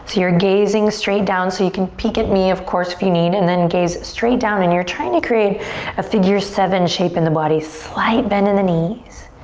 you're gazing straight down so you can peek at me of course if you need and then gaze straight down and you're trying to create a figure seven shape in the body. slight bend in the knees.